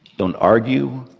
don't argue,